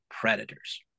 predators